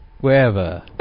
Wherever